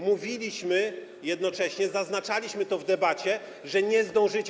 Mówiliśmy jednocześnie, zaznaczaliśmy to w debacie, że nie zdążycie.